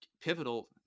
pivotal